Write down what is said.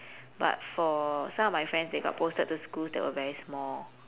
but for some of my friends they got posted to schools that were very small